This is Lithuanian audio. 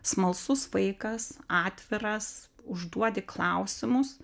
smalsus vaikas atviras užduodi klausimus